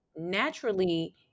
naturally